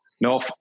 No